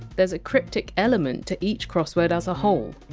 there! s a cryptic element to each crossword as a whole.